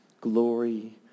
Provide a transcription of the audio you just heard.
glory